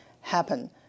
happen